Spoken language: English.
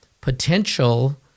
potential